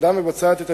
1